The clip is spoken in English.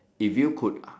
if you could